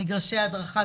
מגרשי הדרכה.